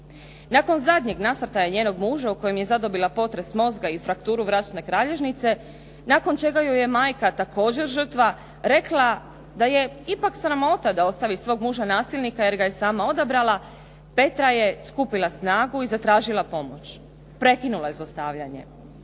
Nakon zadnjeg nasrtaja njenog muža u kojem je zadobila potres mozga i frakturu vratne kralježnice nakon čega joj je majka također žrtva rekla da je ipak sramota da ostavi svog muža nasilnika jer ga je sama odabrala Petra je skupila snagu i zatražila pomoć. Prekinula je zlostavljanje.